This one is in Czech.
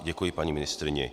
Děkuji paní ministryni.